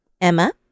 Emma